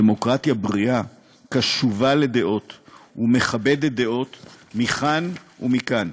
דמוקרטיה בריאה קשובה לדעות ומכבדת דעות מכאן ומכאן.